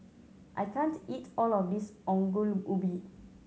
I can't eat all of this Ongol Ubi